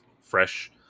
fresh